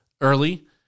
early